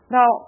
Now